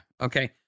Okay